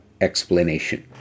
explanation